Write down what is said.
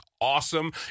awesome